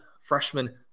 freshman